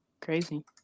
Crazy